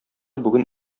бүген